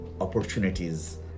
opportunities